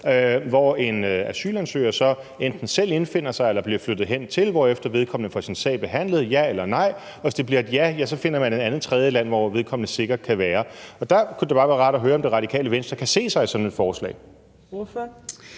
hvor en asylansøger så enten selv indfinder sig eller bliver flyttet hen, hvorefter vedkommende får sin sag behandlet, ja eller nej, og hvis det bliver et ja, finder man et andet tredjeland, hvor vedkommende sikkert kan være. Der kunne det bare være rart at høre, om Det Radikale Venstre kan se sig selv i sådan et forslag. Kl.